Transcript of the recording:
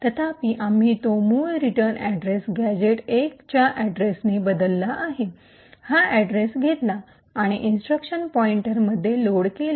तथापि आम्ही तो मूळ रिटर्न अड्रेस गॅझेट १ च्या अड्रेसने बदलला आहे हा अड्रेस घेतला आणि इन्स्ट्रक्शन पॉईंटरमध्ये लोड केला